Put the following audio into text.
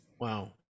Wow